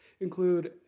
include